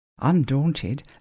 Undaunted